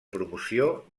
promoció